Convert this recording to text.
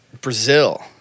Brazil